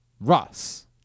Ross